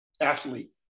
athlete